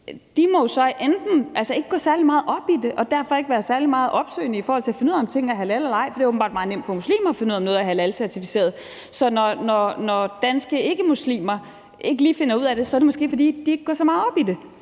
må jo så ikke gå særlig meget op i det og derfor ikke være særlig opsøgende i forhold til at finde ud af, om tingene er halal eller ej, for det er åbenbart meget nemt for muslimer at finde ud af, om noget er halalcertificeret. Så når danske ikkemuslimer ikke lige finder ud af det, er det måske, fordi de ikke går så meget op i det.